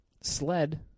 sled